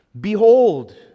Behold